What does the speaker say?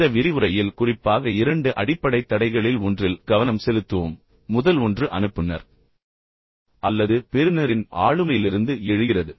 இந்த விரிவுரையில் குறிப்பாக இரண்டு அடிப்படை தடைகளில் ஒன்றில் கவனம் செலுத்துவோம் முதல் ஒன்று அனுப்புநர் அல்லது பெறுநரின் ஆளுமையிலிருந்து எழுகிறது